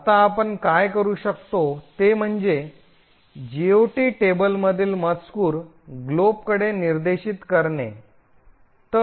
आता आपण काय करू शकतो ते म्हणजे जीओटी टेबलमधील मजकूर ग्लोबकडे निर्देशित करणे